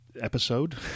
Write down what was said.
episode